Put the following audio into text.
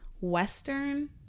western